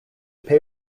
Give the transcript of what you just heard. pay